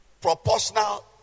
proportional